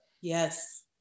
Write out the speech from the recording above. Yes